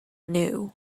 new